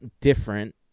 different